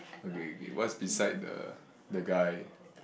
okay okay what's beside the the guy